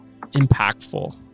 impactful